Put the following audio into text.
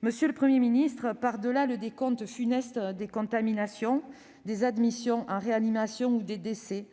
Monsieur le Premier ministre, par-delà le décompte funeste des contaminations, des admissions en réanimation ou des décès,